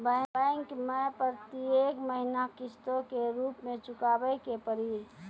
Bank मैं प्रेतियेक महीना किस्तो के रूप मे चुकाबै के पड़ी?